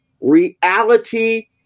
reality